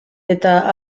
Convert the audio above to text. eta